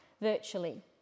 Virtually